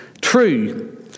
true